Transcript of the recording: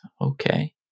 Okay